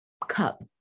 Cup